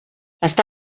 està